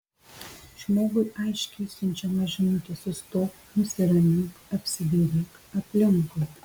žmogui aiškiai siunčiama žinutė sustok nusiramink apsidairyk aplinkui